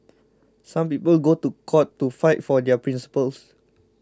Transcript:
some people go to court to fight for their principles